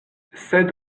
sed